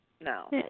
no